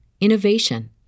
innovation